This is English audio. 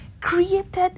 created